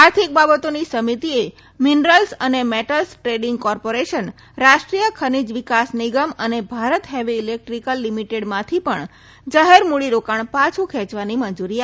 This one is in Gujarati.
આર્થિક બાબતોની સમિતિએ મીનરલ્સ અને મેટલ્સ ટ્રેડિંગ કોર્પોરેશન રાષ્ટ્રીય ખનીજ વિકાસ નિગમ અને ભારત હેવી ઇલેક્ટ્રીક્લ લીમીટેડમાંથી પણ જાહેર મૂડી રોકાણ પાછું ખેચવાની મંજુરી આપી છે